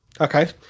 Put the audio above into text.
Okay